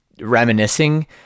reminiscing